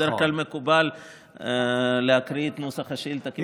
בדרך כלל מקובל להקריא את נוסח השאילתה כפי שהוגש.